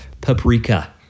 paprika